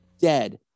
dead